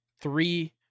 three